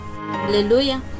Hallelujah